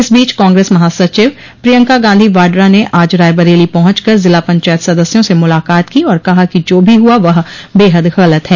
इस बीच कांग्रेस महासचिव प्रियंका गांधी वाड्रा ने आज रायबरेली पहुंच कर जिला पंचायत सदस्यों से मुलाकात की और कहा कि जो भी हुआ वह बेहद गलत है